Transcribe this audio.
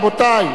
רבותי.